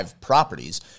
properties